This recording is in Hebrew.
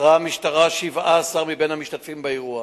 עצרה המשטרה 17 מבין המשתתפים באירוע